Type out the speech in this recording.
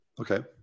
Okay